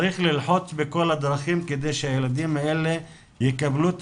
צריך ללחוץ בכל הדרכים כדי שהילדים האלה יקבלו את